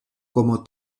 como